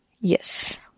Yes